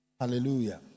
Hallelujah